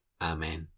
Amen